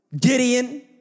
Gideon